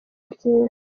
byinshi